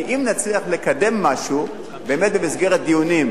כי אם נצליח לקדם משהו במסגרת דיונים,